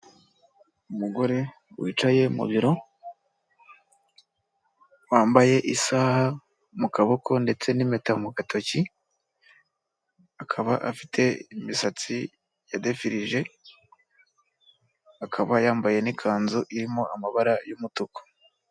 Umugore wicaye mu biro wambaye isaha mu kaboko ndetse n'impeta mu gatoki akaba afite imisatsi yadefirije akaba yambaye n'ikanzu irimo amabara y'umutuku.